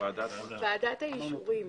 ועדת האישורים.